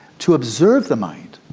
to observe the mind